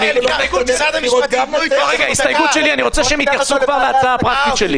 לאור ההתלהמות שנוצרה פה, אני מציע שנכתוב בנוסח: